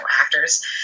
actors